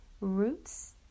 roots